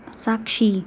साक्षी